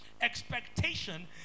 Expectation